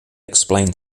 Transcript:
explained